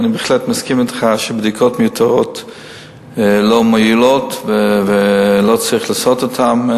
אני בהחלט מסכים אתך שבדיקות מיותרות לא מועילות ולא צריך לעשות אותן.